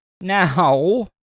Now